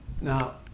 Now